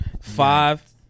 Five